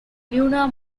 lunar